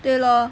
对 lor